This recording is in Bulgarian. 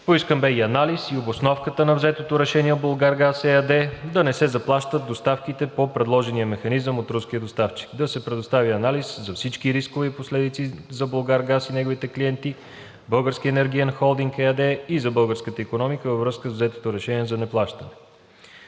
Поискан беше и анализ и обосновка на взетото решение от „Булгаргаз“ ЕАД да не се заплащат доставките по предложения механизъм от руския доставчик и да се предостави анализ за всички рискове и последици за „Булгаргаз“ и неговите клиенти, „Български енергиен холдинг“ ЕАД и за българската икономика във връзка с взетото решение за неплащане.